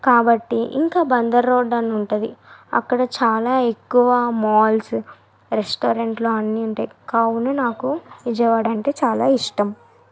కాబట్టి ఇంకా బందర్ రోడ్ అనుంటుంది అక్కడ చాలా ఎక్కువ మాల్సు రెస్టారెంట్లు అన్నీ ఉంటాయి కావున నాకు విజయవాడంటే చాలా ఇష్టం